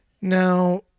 now